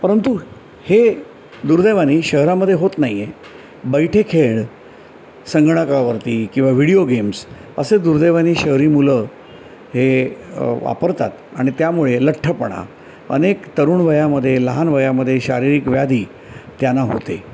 परतु हे दुर्दैवानी शहरामदे होत नाईये बैठे खेळ संगणकावरती किंवा व्हिडिओ गेम्स असे दुर्दैवानी शहरी मुलं हे वापरतात आणि त्यामुळे लठ्ठपणा अनेक तरुण वयामधे लहान वयामदे शारीरिक व्याधी त्यांना होते